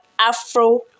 Afro